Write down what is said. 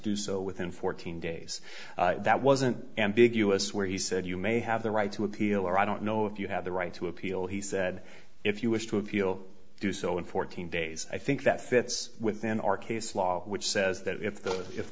do so within fourteen days that wasn't ambiguous where he said you may have the right to appeal or i don't know if you have the right to appeal he said if you wish to appeal do so in fourteen days i think that fits within our case law which says that if the if